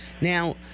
Now